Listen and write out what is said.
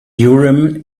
urim